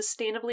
sustainably